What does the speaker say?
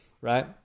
right